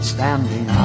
Standing